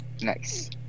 Nice